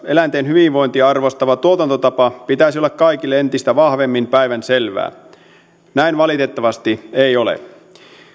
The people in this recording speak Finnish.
eläinten hyvinvointia arvostavan tuotantotavan pitäisi olla kaikille entistä vahvemmin päivänselvää näin valitettavasti ei ole